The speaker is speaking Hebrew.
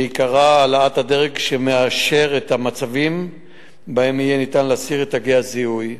שעיקרה העלאת הדרג שמאשר את המצבים שבהם יהיה ניתן להסיר את תגי הזיהוי.